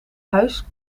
huis